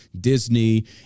Disney